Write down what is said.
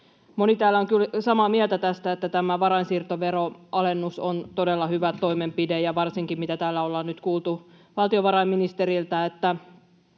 Moni täällä on kyllä samaa mieltä tästä, että tämä varainsiirtoveroalennus on todella hyvä toimenpide, ja varsinkin, mitä täällä ollaan nyt kuultu valtiovarainministeriltä, se